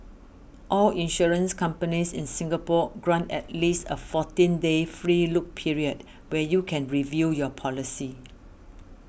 all insurance companies in Singapore grant at least a fourteen day free look period where you can review your policy